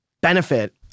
benefit